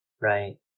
Right